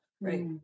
right